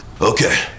Okay